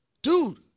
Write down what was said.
Dude